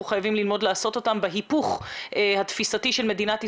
חייבים ללמוד לעשות אותם בהיפוך התפיסתי של מדינת ישראל,